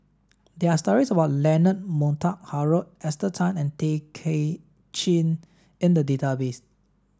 there are stories about Leonard Montague Harrod Esther Tan and Tay Kay Chin in the database